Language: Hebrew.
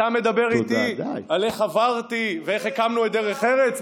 אתה מדבר איתי על איך עברתי ואיך הקמנו את דרך ארץ?